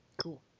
Cool